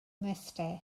mryste